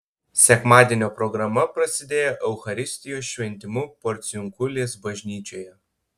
sekmadienio programa prasidėjo eucharistijos šventimu porciunkulės bažnyčioje